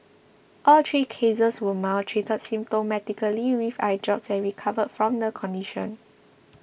all three cases were mild treated symptomatically with eye drops and recovered from the condition